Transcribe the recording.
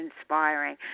inspiring